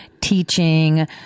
teaching